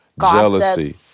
jealousy